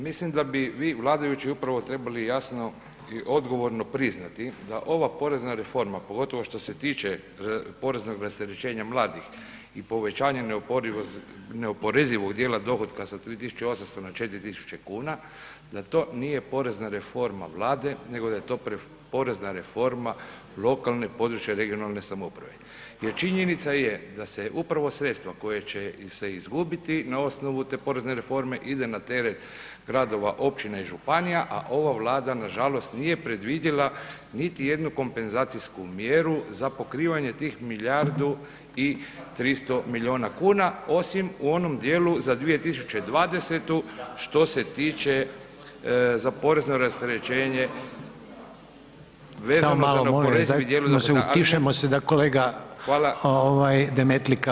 Mislim da bi vi vladajući upravo trebali jasno i odgovorno priznati da ova porezna reforma, pogotovo što se tiče poreznog rasterećenja mladih i povećanja neoporezivog dijela dohotka sa 3 800 na 4 000 kuna, da to nije porezna reforma Vlade nego da je to porezna reforma lokalne i područne (regionalne) samouprave jer činjenica je da se upravo sredstva koje će se izgubiti na osnovu te porezne reforme ide na teret gradova, općina i županija, a ova Vlada nažalost nije predvidjela niti jednu kompenzacijsku mjeru za pokrivanje tih milijardu i 300 milijuna kuna, osim u onom dijelu za 2020. što se tiče za porezno rasterećenje [[Upadica Reiner: Samo malo…]] vezano za